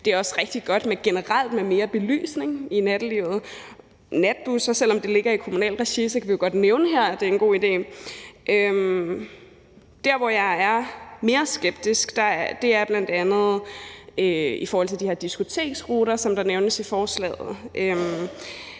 Det er også rigtig godt med mere belysning generelt i nattelivet. Selv om det ligger i kommunalt regi, kan vi jo godt nævne her, at natbusser er en god idé. Der, hvor jeg er mere skeptisk, er bl.a. i forhold til de her diskoteksruter, som nævnes i forslaget.